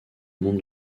monde